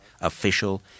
official